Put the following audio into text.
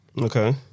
Okay